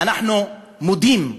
אנחנו מודים,